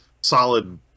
solid